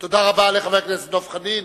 תודה רבה לחבר הכנסת דב חנין.